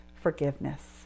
forgiveness